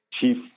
chief